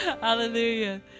hallelujah